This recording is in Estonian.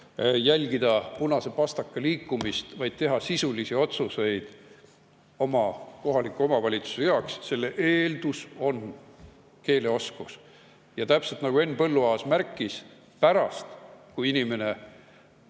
jälgida punase pastaka liikumist, ja teha sisulisi otsuseid oma kohaliku omavalitsuse heaks. Selle eeldus on keeleoskus. Täpselt nagu Henn Põlluaas märkis, kui inimene